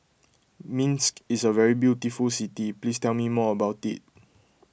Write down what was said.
Minsk is a very beautiful city please tell me more about it